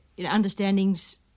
understandings